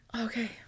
Okay